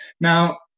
Now